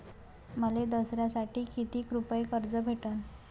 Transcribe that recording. मले दसऱ्यासाठी कितीक रुपये कर्ज भेटन?